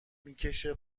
میکشه